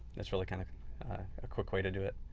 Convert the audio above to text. it's really kind of a quick way to do it.